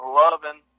loving